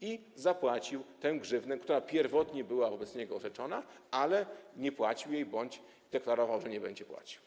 i zapłacił tę grzywnę, która pierwotnie była wobec niego orzeczona, ale nie płacił jej bądź deklarował, że nie będzie płacił.